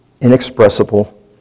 inexpressible